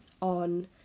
on